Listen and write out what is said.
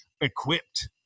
equipped